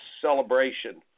celebration